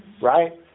right